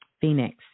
Phoenix